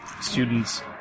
students